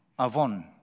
Avon